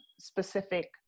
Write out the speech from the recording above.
specific